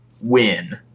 win